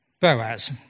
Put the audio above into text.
Boaz